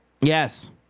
yes